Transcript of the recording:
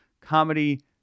comedy